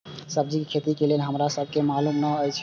सब्जी के खेती लेल हमरा सब के मालुम न एछ?